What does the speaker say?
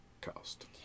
cost